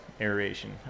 aeration